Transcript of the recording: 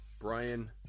Brian